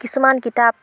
কিছুমান কিতাপ